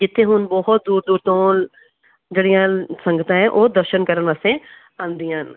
ਜਿੱਥੇ ਹੁਣ ਬਹੁਤ ਦੂਰ ਦੂਰ ਤੋਂ ਜਿਹੜੀਆਂ ਸੰਗਤਾਂ ਹੈ ਉਹ ਦਰਸ਼ਨ ਕਰਨ ਵਾਸਤੇ ਆਉਂਦੀਆਂ ਹਨ